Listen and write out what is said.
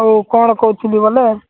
ଆଉ କ'ଣ କହୁଥିଲି ବୋଲେ